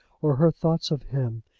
or her thoughts of him,